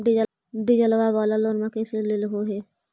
डीजलवा वाला लोनवा कैसे लेलहो हे?